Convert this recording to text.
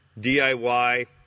diy